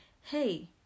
hey